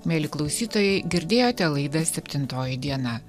mieli klausytojai girdėjote laidą septintoji diena